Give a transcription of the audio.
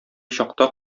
чакта